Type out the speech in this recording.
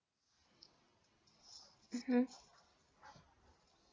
mmhmm